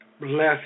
Bless